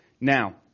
Now